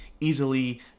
easily